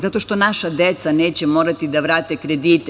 Zato što naša deca neće morati da vrate kredite.